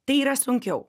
tai yra sunkiau